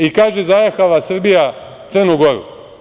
I, kaže, zajahala Srbija Crnu Goru.